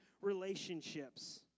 relationships